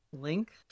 link